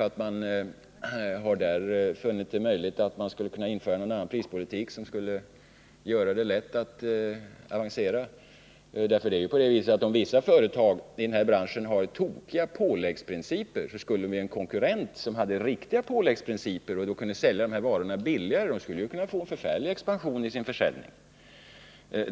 att man där tror att det vore möjligt att införa någon annan prispolitik än den som gäller för andra. Och ett företag kan ju inte ha tokiga påläggssprinciper, för skulle ett konkurrerande företag som tillämpade riktiga påläggsprinciper kunna sälja samma varor billigare, så skulle ju det företaget få en förfärlig expansion i sin försäljning.